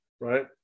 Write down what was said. right